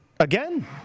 Again